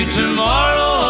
tomorrow